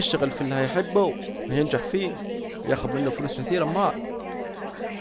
الي هيشتغل في الي هيحبوا هينجح فيه وياخد منه فلوس كتيره اومال